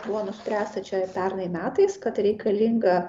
buvo nuspręsta čia pernai metais kad reikalinga